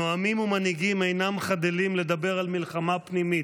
נואמים ומנהיגים אינם חדלים לדבר על מלחמה פנימית.